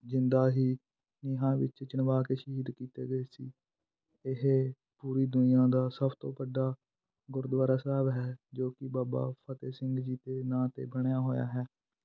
ਜਿੰਦਾ ਹੀ ਨੀਹਾਂ ਵਿੱਚ ਚਿਣਵਾ ਕੇ ਸ਼ਹੀਦ ਕੀਤੇ ਗਏ ਸੀ ਇਹ ਪੂਰੀ ਦੁਨੀਆ ਦਾ ਸਭ ਤੋਂ ਵੱਡਾ ਗੁਰਦੁਆਰਾ ਸਾਹਿਬ ਹੈ ਜੋ ਕਿ ਬਾਬਾ ਫਤਿਹ ਸਿੰਘ ਜੀ ਦੇ ਨਾਂ 'ਤੇ ਬਣਿਆ ਹੋਇਆ ਹੈ